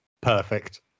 Perfect